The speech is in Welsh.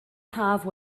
haf